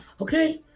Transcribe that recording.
Okay